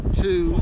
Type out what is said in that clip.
two